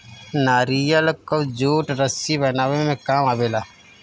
नारियल कअ जूट रस्सी बनावे में काम आवेला